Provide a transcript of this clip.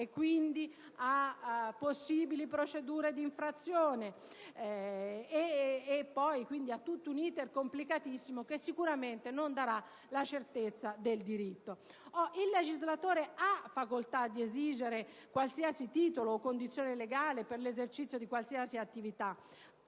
e, quindi, a possibili procedure d'infrazione e a tutto un *iter* complicatissimo che sicuramente non garantirà la certezza del diritto. Il legislatore ha facoltà di esigere qualsiasi titolo o condizione legale per l'esercizio di qualsiasi attività,